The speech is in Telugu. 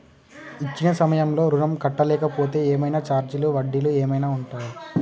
ఇచ్చిన సమయంలో ఋణం కట్టలేకపోతే ఏమైనా ఛార్జీలు వడ్డీలు ఏమైనా ఉంటయా?